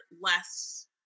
less